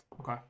Okay